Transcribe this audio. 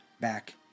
back